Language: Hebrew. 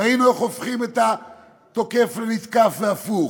ראינו איך הופכים את התוקף לנתקף והפוך.